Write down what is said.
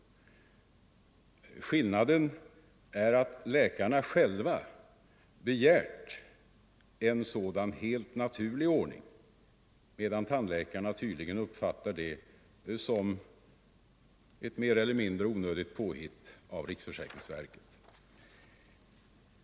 Skillnaden är att läkarna själva begärt en sådan helt naturlig ordning medan tandläkarna tydligen uppfattar det som ett mer eller mindre onödigt påhitt av riksförsäkringsverket.